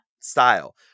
style